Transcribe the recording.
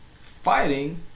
fighting